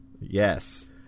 Yes